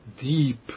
deep